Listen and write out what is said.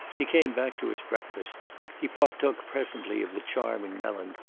he came back to his breakfast he partook presently of the charming melon,